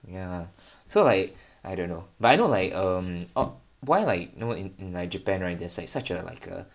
ya so like I don't know but I know like um oh why like you know in like Japan right there's like such like a